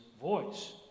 voice